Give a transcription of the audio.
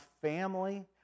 family